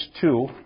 two